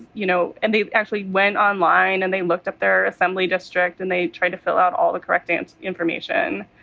you know, and they actually went online and they looked up their assembly district and they tried to fill out all the correct and information.